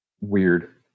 weird